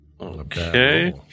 Okay